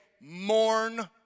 mourn